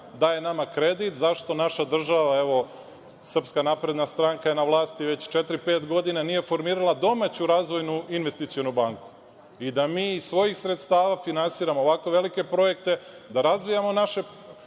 daje nama kredit, zašto naša država, evo SNS je na vlasti već četiri-pet godina, nije formirala domaću razvojnu investicionu banku i da mi iz svojih sredstava finansiramo ovako velike projekte, da razvijamo naše